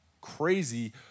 crazy